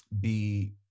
be-